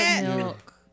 milk